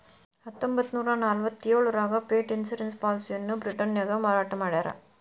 ಹತ್ತೊಂಬತ್ತನೂರ ನಲವತ್ತ್ಯೋಳರಾಗ pet insurance ಪಾಲಿಸಿಯನ್ನ ಬ್ರಿಟನ್ನ್ಯಾಗ ಮಾರಾಟ ಮಾಡ್ಯಾರ